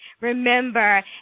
remember